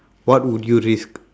what would you risk